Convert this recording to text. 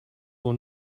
will